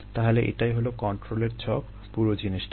তাহলে এটাই হলো কন্ট্রোলের ছক পুরো জিনিসটার